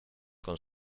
con